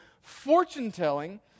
fortune-telling